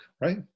right